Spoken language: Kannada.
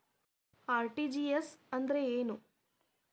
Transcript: ಆರ್.ಟಿ.ಜಿ.ಎಸ್ ಅಂದ್ರೇನು?